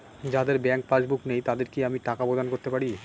যাদের bank passbook নেই তাদের কি আমি টাকা প্রদান করতে পারি?